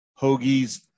hoagies